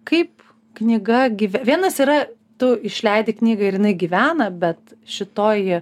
kaip knyga vienas yra tu išleidi knygą ir jinai gyvena bet šitoji